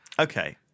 Okay